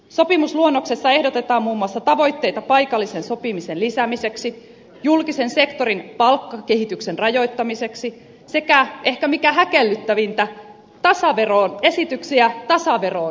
sopimusluonnoksessa ehdotetaan muun muassa tavoitteita paikallisen sopimisen lisäämiseksi julkisen sektorin palkkakehityksen rajoittamiseksi sekä ehkä mikä häkellyttävintä esityksiä tasaveroon siirtymiseksi